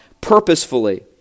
purposefully